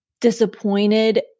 disappointed